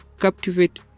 captivate